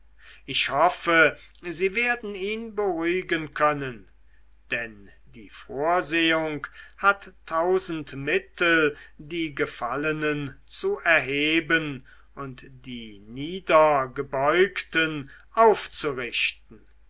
ich hoffe sie werden ihn beruhigen können denn die vorsehung hat tausend mittel die gefallenen zu erheben und die niedergebeugten aufzurichten